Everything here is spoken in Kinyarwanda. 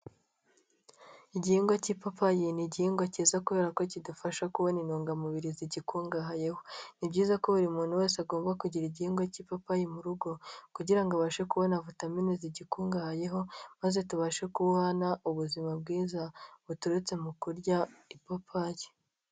Igihingwa cy'ipapayi ni igihingwa cyiza kubera ko kidufasha kubona intungamubiri zigikungahayeho, ni byiza ko buri muntu wese agomba kugira igihingwa cy'ipapayi mu rugo kugira ngo abashe kubona vitamine zigikungahayeho, maze tubashe kubana ubuzima bwiza buturutse mu kurya ipapayi.